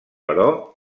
però